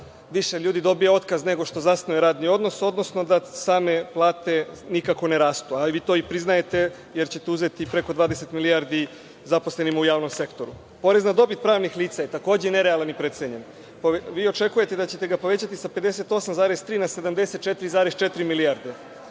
više ljudi dobije otkaz nego što zasnuje radni odnos, odnosno da same plate nikako ne rastu. Ali, vi to i priznajete, jer ćete uzeti preko 20 milijardi zaposlenima u javnom sektoru. Porez na dobit pravnih lica je takođe nerealan i precenjen. Vi očekujete da ćete ga povećati sa 58,3 na 74,4 milijarde,